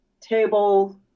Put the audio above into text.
table